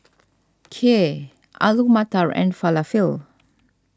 Kheer Alu Matar and Falafel